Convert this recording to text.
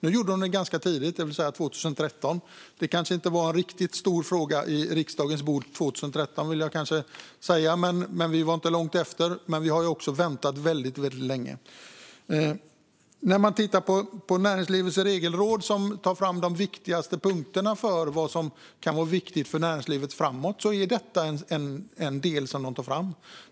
Nu gjorde de det ganska tidigt 2013. Det kanske inte riktigt var en stor fråga på riksdagens bord 2013, men vi var inte långt efter. Vi har också väntat väldigt länge. När man tittar på näringslivets regelråd, som tar fram de viktigaste punkterna för vad som kan vara viktigt för näringslivet framåt, är detta en del som det tar fram.